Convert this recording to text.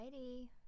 Alrighty